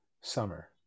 summer